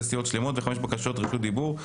סיעות שלמות וחמש בקשות רשות דיבור.